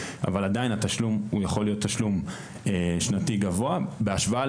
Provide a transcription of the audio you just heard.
אבל עדיין התשלום הוא יכול להיות תשלום שנתי גבוה בהשוואה